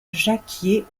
jacquier